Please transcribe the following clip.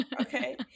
okay